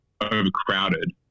overcrowded